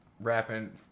rapping